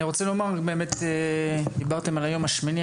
אני רוצה לומר, דיברתם על היום השמיני.